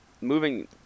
moving